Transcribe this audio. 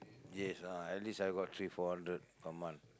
yes ah at least I got three four hundred per month